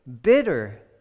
bitter